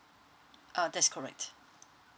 uh that's correct